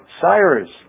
Cyrus